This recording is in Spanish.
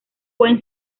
pueden